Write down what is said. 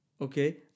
okay